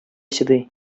чыдый